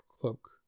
cloak